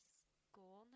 school